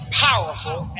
powerful